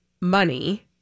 money